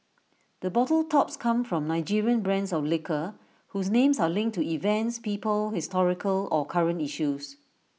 the bottle tops come from Nigerian brands of liquor whose names are linked to events people historical or current issues